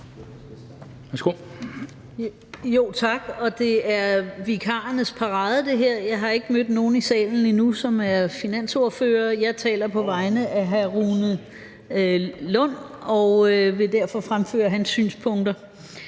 Tak. Det her er vikarernes parade. Jeg har ikke mødt nogen i salen endnu, som er finansordførere. Jeg taler på vegne af hr. Rune Lund og vil derfor fremføre hans synspunkter.